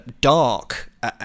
dark